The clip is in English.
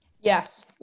Yes